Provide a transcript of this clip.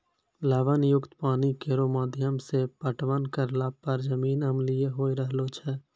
लवण युक्त पानी केरो माध्यम सें पटवन करला पर जमीन अम्लीय होय रहलो छै